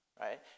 right